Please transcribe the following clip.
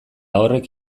horrek